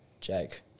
Jake